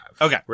Okay